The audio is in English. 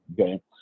okay